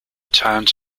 towns